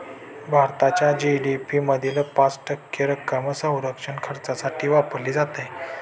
भारताच्या जी.डी.पी मधील पाच टक्के रक्कम संरक्षण खर्चासाठी वापरली जाते